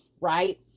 Right